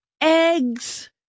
eggs